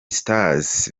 stars